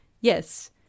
Yes